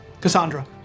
Cassandra